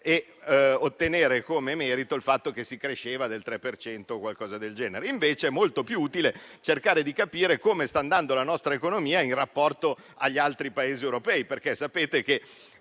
prendersi il merito del fatto che si cresceva del 3 per cento o giù di lì. Invece, è molto più utile cercare di capire come sta andando la nostra economia in rapporto agli altri Paesi europei, perché sapete che